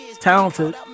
Talented